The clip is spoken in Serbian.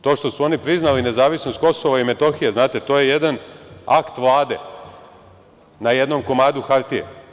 To što su oni priznali nezavisnost KiM, znate, to je jedan akt vlade, na jednom komadu hartije.